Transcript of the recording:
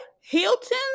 Hilton